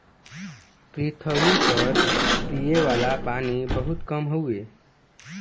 पृथवी पर पिए वाला पानी बहुत कम हउवे